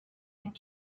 and